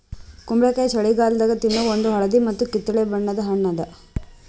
ಕುಂಬಳಕಾಯಿ ಛಳಿಗಾಲದಾಗ ತಿನ್ನೋ ಒಂದ್ ಹಳದಿ ಮತ್ತ್ ಕಿತ್ತಳೆ ಬಣ್ಣದ ಹಣ್ಣ್ ಅದಾ